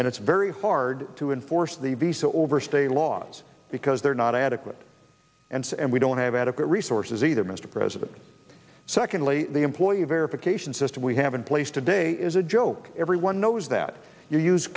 and it's very hard to enforce the visa overstay laws because they're not adequate and we don't have adequate resources either mr president secondly the employer verification system we have in place today is a joke everyone knows that you use